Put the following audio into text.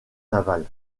navale